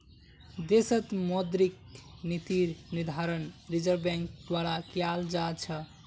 देशत मौद्रिक नीतिर निर्धारण रिज़र्व बैंक द्वारा कियाल जा छ